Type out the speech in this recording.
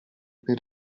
per